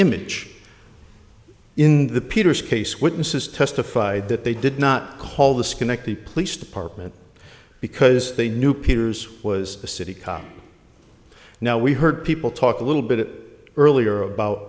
image in the peterson case witnesses testified that they did not call this connect the police department because they knew peters was a city cop now we heard people talk a little bit earlier about